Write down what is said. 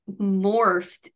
morphed